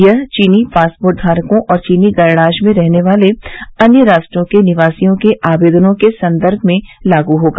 यह चीनी पासपोर्ट धारकों और चीनी गणराज्य में रहने वाले अन्य राष्ट्रों के निवासियों के आवेदनों के संदर्म में लागू होगा